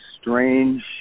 strange